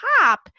top